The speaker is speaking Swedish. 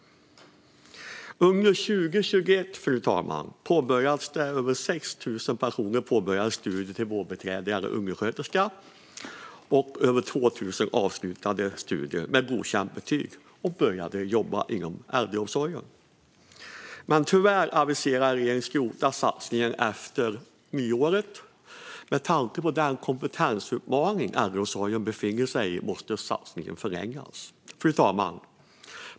Under 2021, fru talman, påbörjade över 6 000 personer studier till vårdbiträde eller undersköterska. Över 2 000 avslutade sina studier med godkänt betyg och började jobba inom äldreomsorgen. Tyvärr aviserar regeringen att man ska skrota satsningen efter årets slut. Med tanke på den kompetensutmaning som äldreomsorgen står inför måste satsningen förlängas. Fru talman!